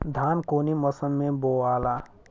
धान कौने मौसम मे बोआला?